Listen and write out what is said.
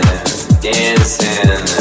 dancing